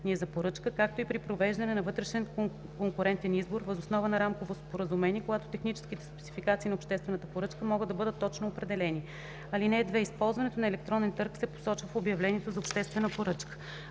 за поръчка, както и при провеждане на вътрешен конкурентен избор въз основа на рамково споразумение, когато техническите спецификации на обществената поръчка могат да бъдат точно определени. (2) Използването на електронен търг се посочва в обявлението за обществена поръчка.